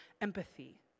empathy